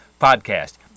podcast